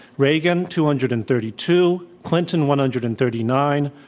reagan, two hundred and thirty two, clinton, one hundred and thirty nine,